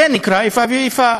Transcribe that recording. זה נקרא איפה ואיפה.